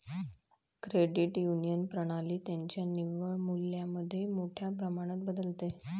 credit union प्रणाली त्यांच्या निव्वळ मूल्यामध्ये मोठ्या प्रमाणात बदलते